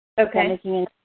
Okay